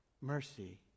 mercy